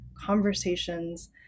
conversations